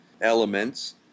elements